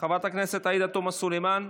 חברת הכנסת עאידה תומא סלימאן,